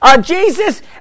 Jesus